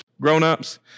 grown-ups